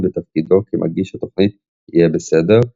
בתפקידו כמגיש התוכנית "יהיה בסדר",